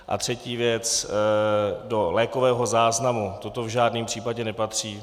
A třetí věc do lékového záznamu toto v žádném případě nepatří.